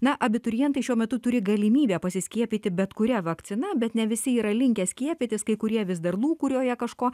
na abiturientai šiuo metu turi galimybę pasiskiepyti bet kuria vakcina bet ne visi yra linkę skiepytis kai kurie vis dar lūkuriuoja kažko